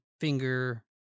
finger